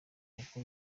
kuko